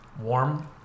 warm